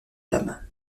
dames